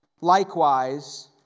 likewise